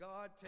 God